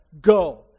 go